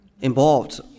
involved